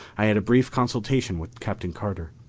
i had a brief consultation with captain carter.